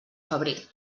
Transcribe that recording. febrer